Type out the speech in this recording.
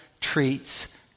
treats